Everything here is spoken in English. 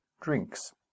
drinks